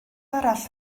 arall